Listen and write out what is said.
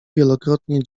wielokrotnie